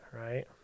right